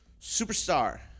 Superstar